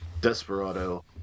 desperado